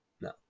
No